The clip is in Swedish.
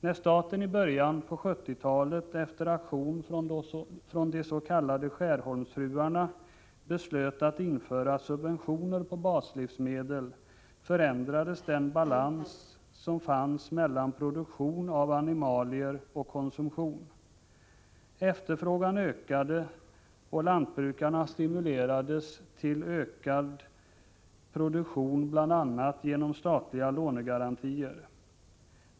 Närstaten i böjan av 1970-talet — efter en aktion från de s.k. Skärholmsfruarna — beslöt att införa subventioner på baslivsmedel, förändrades den balans som fanns mellan produktionen av animalier och konsumtionen. Efterfrågan ökade och lantbrukarna stimulerades till ökad produktion, bl.a. genom statliga lånegarantier.